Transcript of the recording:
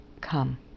come